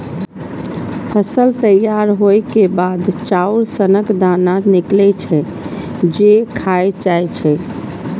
फसल तैयार होइ के बाद चाउर सनक दाना निकलै छै, जे खायल जाए छै